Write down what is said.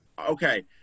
Okay